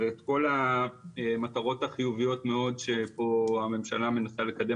ואת כל המטרות החיוביות מאוד שפה הממשלה לקדם